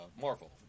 Marvel